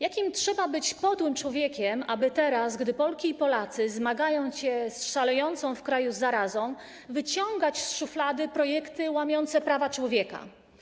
Jakim trzeba być podłym człowiekiem, aby teraz, gdy Polki i Polacy zmagają się z szalejącą w kraju zarazą, wyciągać z szuflady projekty łamiące prawa człowieka?